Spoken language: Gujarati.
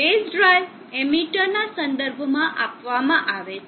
બેઝ ડ્રાઇવ એમીટરના સંદર્ભમાં આપવામાં આવે છે